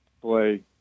play